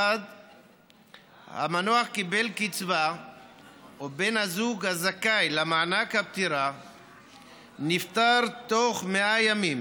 1. המנוח קיבל קצבה ובן הזוג הזכאי למענק הפטירה נפטר תוך 100 ימים